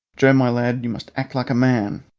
joe, my lad, you must act like a man!